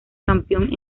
campeón